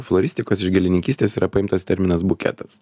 floristikos iš gėlininkystės yra paimtas terminas buketas